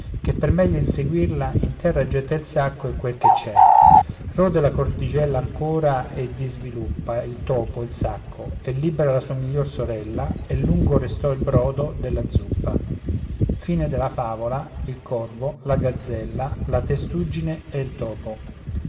che per meglio inseguirla in terra getta il sacco e quel che c'è rode la cordicella ancora e disviluppa il topo il sacco e libera la sua minor sorella e lungo restò il brodo della zuppa le e